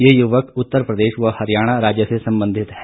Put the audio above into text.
ये युवक उतर प्रदेश व हरियाणा राज्य से संबंधित हैं